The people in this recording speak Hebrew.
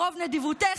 ברוב נדיבותך,